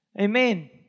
Amen